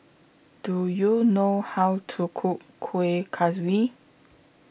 Do YOU know How to Cook Kueh Kaswi